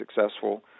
successful